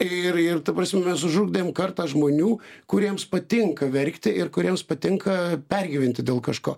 ir ir ta prasme mes užugdėm kartą žmonių kuriems patinka verkti ir kuriems patinka pergyventi dėl kažko